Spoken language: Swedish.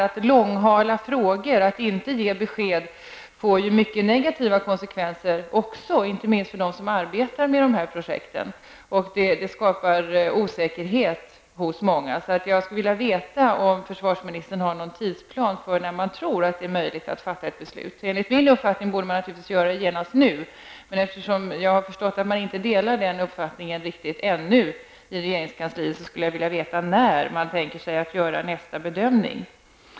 Att långhala frågor och att inte ge besked får ju mycket negativa konsekvenser, inte minst för dem som arbetar med detta projekt. Det skapar osäkerhet hos många. Jag vill därför veta om försvarministern har någon tidsplan för när det är möjligt att fatta ett beslut. Enligt min uppfattning borde man naturligvis fatta beslut genast. Men eftersom jag har förstått att man i regeringskansliet ännu inte riktigt delar min uppfattning, vill jag veta när man tänker sig att göra nästa bedömning.